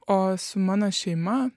o su mano šeima